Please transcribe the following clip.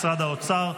משרד האוצר,